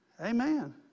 Amen